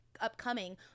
upcoming